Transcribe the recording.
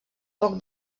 poc